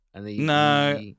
No